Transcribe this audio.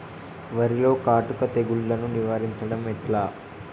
వరిలో కాటుక తెగుళ్లను నివారించడం ఎట్లా?